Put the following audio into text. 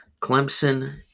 Clemson